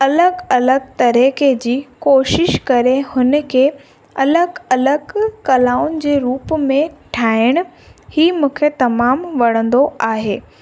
अलॻि अलॻि तरह जी कोशिशि करे हुन खे अलॻि अलॻि कलाउनि जे रूप में ठाहिणु ई मूंखे तमामु वणंदो आहे